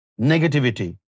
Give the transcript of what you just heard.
negativity